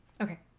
Okay